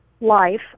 life